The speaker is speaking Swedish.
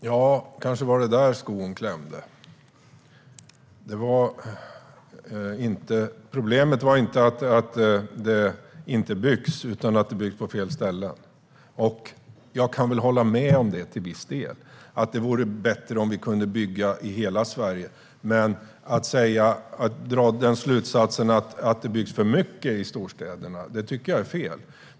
Herr talman! Kanske var det där skon klämde. Problemet var inte att det inte byggs, utan att det byggs på fel ställe. Jag kan väl hålla med om det till viss del. Det vore bättre om vi kunde bygga i hela Sverige. Men att dra slutsatsen att det byggs för mycket i storstäderna tycker jag är fel.